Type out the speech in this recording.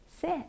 sit